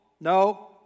no